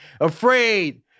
afraid